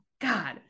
God